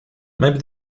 maybe